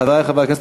חברי חברי הכנסת,